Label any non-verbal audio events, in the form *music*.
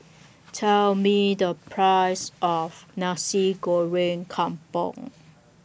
*noise* Tell Me The Price of Nasi Goreng Kampung